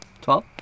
Twelve